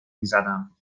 میزدم